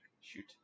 shoot